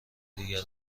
دیگر